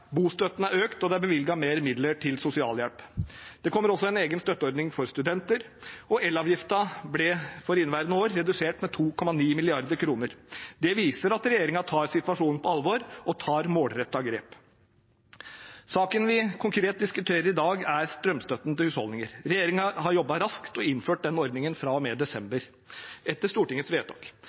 Bostøtten er økt, og det er bevilget flere midler til sosialhjelp. Det kommer også en egen støtteordning for studenter, og elavgiften ble for inneværende år redusert med 2,9 mrd. kr. Det viser at regjeringen tar situasjonen på alvor og tar målrettede grep. Saken vi diskuterer i dag, er strømstøtten til husholdninger. Regjeringen har jobbet raskt og innført den ordningen fra og med desember, etter Stortingets vedtak.